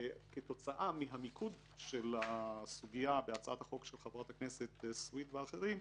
כתוצאה מהמיקוד של הסוגיה בהצעת החוק של חברת הכנסת סויד ואחרים,